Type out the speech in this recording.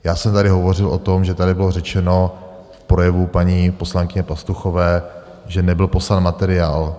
Já jsem tady hovořil o tom, že tady bylo řečeno v projevu paní poslankyně Pastuchové, že nebyl poslán materiál.